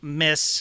miss